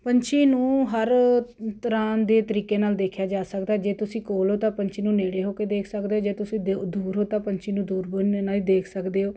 ਪੰਛੀ ਨੂੰ ਹਰ ਤਰ੍ਹਾਂ ਦੇ ਤਰੀਕੇ ਨਾਲ ਦੇਖਿਆ ਜਾ ਸਕਦਾ ਜੇ ਤੁਸੀਂ ਕੋਲ ਹੋ ਤਾਂ ਪੰਛੀ ਨੂੰ ਨੇੜੇ ਹੋ ਕੇ ਦੇਖ ਸਕਦੇ ਹੋ ਜੇ ਤੁਸੀਂ ਦੂਰ ਹੋ ਤਾਂ ਪੰਛੀ ਨੂੰ ਦੂਰਬੀਨ ਦੇ ਨਾਲ ਦੇਖ ਸਕਦੇ ਹੋ